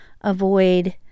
avoid